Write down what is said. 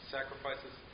Sacrifices